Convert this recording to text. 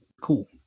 cool